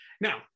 Now